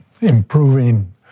improving